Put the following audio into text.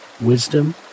wisdom